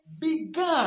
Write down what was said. began